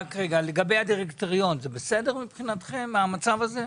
לגבי הדירקטוריון, זה בסדר מבחינתכם המצב הזה?